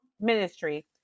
ministry